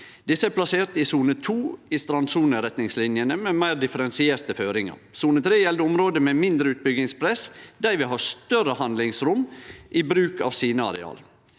Desse er plasserte i sone 2 i strandsoneretningslinjene, med meir differensierte føringar. Sone 3 gjeld område med mindre utbyggingspress. Dei vil ha større handlingsrom i bruk av sine areal.